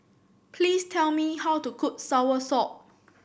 please tell me how to cook soursop